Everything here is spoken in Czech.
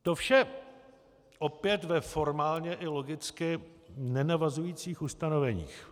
To vše opět ve formálně i logicky nenavazujících ustanoveních.